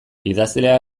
idazlea